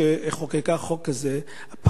שחוקקה חוק כזה אחרי האיחוד,